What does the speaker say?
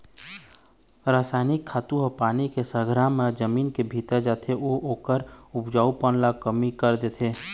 रसइनिक खातू ह पानी के संघरा म जमीन के भीतरी जाथे अउ ओखर उपजऊपन ल कमती कर देथे